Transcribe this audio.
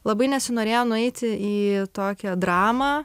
labai nesinorėjo nueiti į tokią dramą